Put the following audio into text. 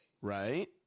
right